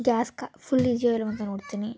gas ಖ full ಇದೆಯೋ ಇಲ್ಲವೋ ಅಂತ ನೋಡ್ತೀನಿ